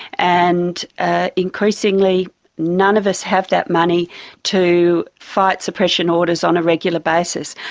and ah increasingly none of us have that money to fight suppression orders on a regular basis.